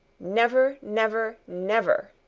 never, never, never!